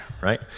right